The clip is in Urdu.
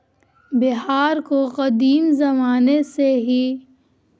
بہار کو قدیم زمانے سے ہی